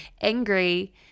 angry